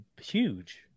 huge